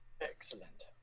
Excellent